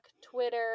Twitter